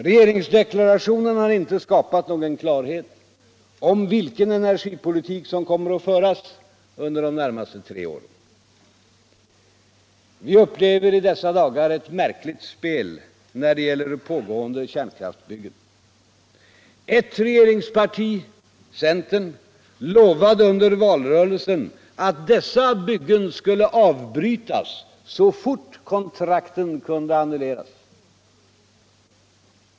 Regeringsdeklarationen har: inte skapat någon klarhet om vilken energipoliuk som kommer att föras under de närmaste tre åren. Vi upplever 1I dessa dagar eut märkligt spel när det gäller pågaende kärnkraftsbyggen. Ett regeringsparti — centern — lovade under valrörelsen att dessa byggen skulle avbrytas så fort kontrakten kunde annulleras.